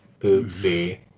Oopsie